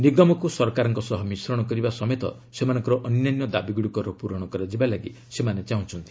ନିଗମକୁ ସରକାରଙ୍କ ସହ ମିଶ୍ରଣ କରିବା ସମେତ ସେମାନଙ୍କର ଅନ୍ୟାନ୍ୟ ଦାବିଗୁଡ଼ିକର ପୂରଣ କରାଯିବାକୁ ସେମାନେ ଚାହୁଁଛନ୍ତି